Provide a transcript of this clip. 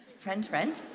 friend, friend.